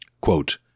Quote